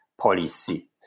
policy